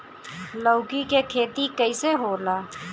लौकी के खेती कइसे होला?